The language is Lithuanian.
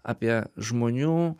apie žmonių